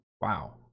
wow